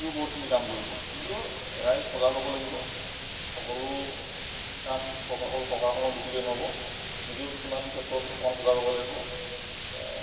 সিও বহুতখিনি কাম কৰিব কিন্তু ৰাইজ সজাগ হ'ব লাগিব সকলো কাম চৰকাৰ চৰকাৰখনক দোষিলেই নহব নিজেও কিছুমান ক্ষেত্ৰত অকণমান সজাগ হ'ব লাগিব